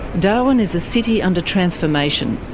darwin is a city under transformation.